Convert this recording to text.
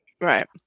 right